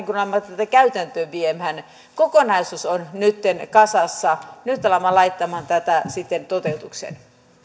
kun alamme tätä käytäntöön viemään kokonaisuus on nytten kasassa nyt alamme laittamaan tätä toteutukseen